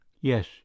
Yes